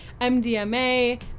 mdma